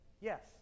Yes